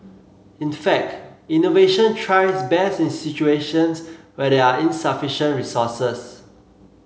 in fact innovation thrives best in situations where there are insufficient resources